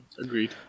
Agreed